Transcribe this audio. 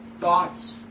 thoughts